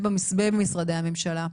ובמשרדי הממשלה,